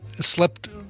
slept